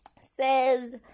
says